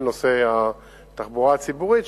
כל נושא התחבורה הציבורית,